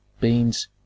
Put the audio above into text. beans